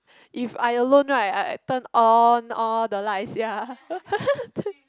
if I alone right I turn on all the lights ya